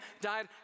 died